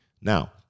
Now